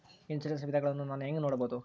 Insurance ವಿಧಗಳನ್ನ ನಾನು ಹೆಂಗ ನೋಡಬಹುದು?